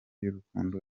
y’urukundo